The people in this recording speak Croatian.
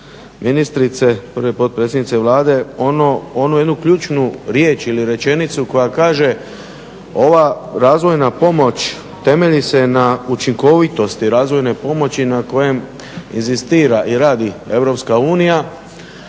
ministrice ili potpredsjednice Vlade onu jednu ključnu riječ ili rečenicu koja kaže ova razvojna pomoć temelji se na učinkovitosti razvojne pomoći na kojem inzistira i radi Europska unija,